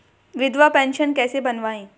विधवा पेंशन कैसे बनवायें?